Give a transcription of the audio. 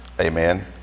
Amen